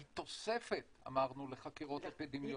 היא תוספת, אמרנו, לחקירות האפידמיולוגיות.